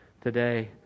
today